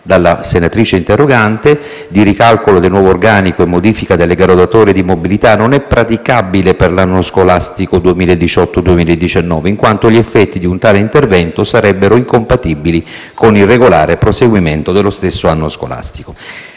dalla senatrice interrogante di ricalcolo del nuovo organico e modifica delle graduatorie di mobilità non è praticabile per l'anno scolastico 2018-2019, in quanto gli effetti di un tale intervento sarebbero incompatibili con il regolare proseguimento dello stesso anno scolastico.